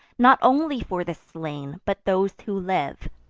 not only for the slain, but those who live.